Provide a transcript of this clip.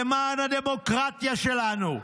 למען הדמוקרטיה שלנו,